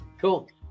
cool